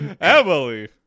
Emily